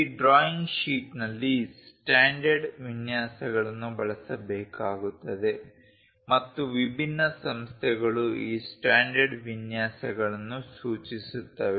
ಈ ಡ್ರಾಯಿಂಗ್ ಶೀಟ್ನಲ್ಲಿ ಸ್ಟ್ಯಾಂಡರ್ಡ್ ವಿನ್ಯಾಸಗಳನ್ನು ಬಳಸಬೇಕಾಗುತ್ತದೆ ಮತ್ತು ವಿಭಿನ್ನ ಸಂಸ್ಥೆಗಳು ಈ ಸ್ಟ್ಯಾಂಡರ್ಡ್ ವಿನ್ಯಾಸಗಳನ್ನು ಸೂಚಿಸುತ್ತವೆ